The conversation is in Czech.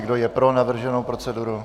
Kdo je pro navrženou proceduru?